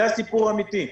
זה הסיפור האמיתי.